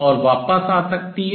और वापस आ सकती है